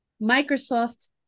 Microsoft